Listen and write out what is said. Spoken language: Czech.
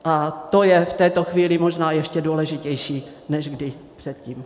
A to je v této chvíli možná ještě důležitější než kdy předtím.